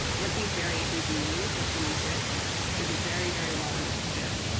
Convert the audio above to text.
what these variations mean for someone's risks is very, very well understood.